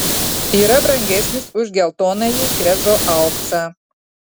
yra brangesnis už geltonąjį krezo auksą